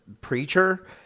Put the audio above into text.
preacher